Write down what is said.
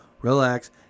relax